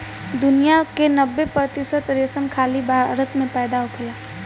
दुनिया के नब्बे प्रतिशत रेशम खाली भारत में पैदा होखेला